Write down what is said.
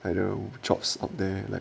like the jobs out there like